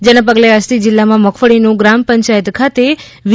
જેના પગલે આજથી જિલ્લામાં મગફળીનું ગ્રામ પંચાયત ખાતે વી